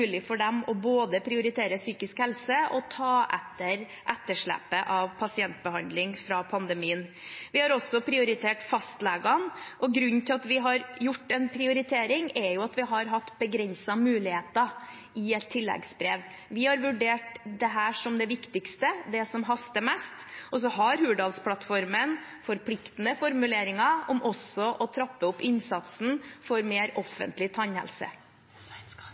for dem både å prioritere psykisk helse og å ta igjen etterslepet av pasientbehandling fra pandemien. Vi har også prioritert fastlegene. Grunnen til at vi har gjort en prioritering, er at vi har hatt begrensede muligheter i en tilleggsproposisjon. Vi har vurdert dette som det viktigste, det som haster mest, og så har Hurdalsplattformen forpliktende formuleringer om også å trappe opp innsatsen for mer offentlig tannhelse.